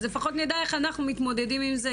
אז לפחות נדע איך אנחנו מתמודדים עם זה,